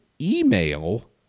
email